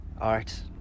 art